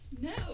No